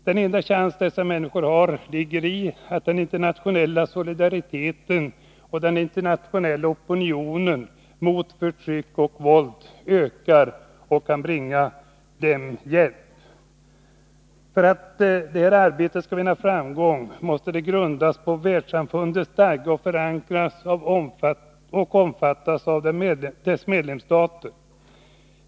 Den enda chans dessa människor har ligger i att den internationella solidariteten och den internationella opinionen mot förtryck och våld ökar och därigenom bringar hjälp. För att detta arbete skall vinna framgång måste det grundas på världssamfundets stadga och förankras och omfattas av dess medlemsstater.